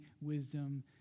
wisdom